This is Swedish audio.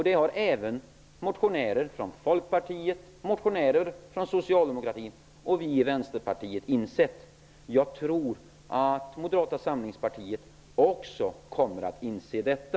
Det har motionärer från Folkpartiet, Socialdemokraterna och Vänsterpartiet insett. Jag tror att Moderata samlingspartiet också kommer att inse detta.